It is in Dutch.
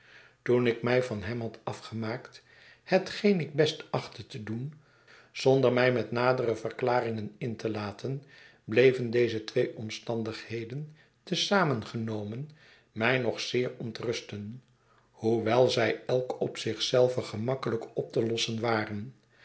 toen ik mij van hem had afgemaakt hetgeen ik best achtte te doen zonder mij met nadere verklaringen in te laten bleven deze twee omstandigheden te zamen genomen mij nog zeer ontrusten hoewel zij elk op zich zelve gemakkelijk op te lossen waren